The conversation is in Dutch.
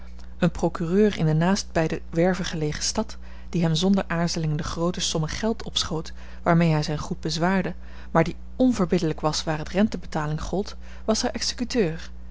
een procureur in de naast bij de werve gelegen stad die hem zonder aarzeling de groote sommen geld opschoot waarmee hij zijn goed bezwaarde maar die onverbiddelijk was waar het rentebetaling gold was haar executeur